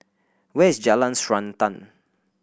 where is Jalan Srantan